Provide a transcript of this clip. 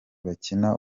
bakina